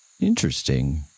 Interesting